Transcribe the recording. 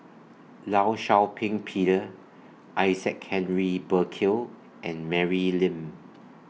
law Shau Ping Peter Isaac Henry Burkill and Mary Lim